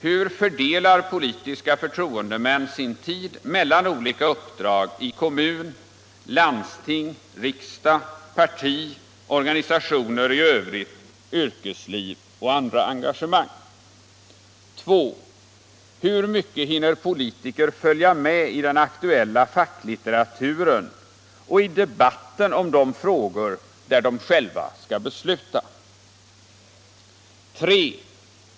Hur fördelar politiska förtroendemän sin tid mellan olika uppdrag i kommun, landsting, riksdag, parti, organisationer i övrigt, yrkesliv och andra engagemang? 2. Hur mycket hinner politiker följa med i den aktuella facklitteraturen och debatten i de frågor där de själva skall besluta? 3.